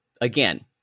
again